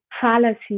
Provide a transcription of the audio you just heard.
fallacy